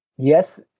Yes